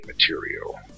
material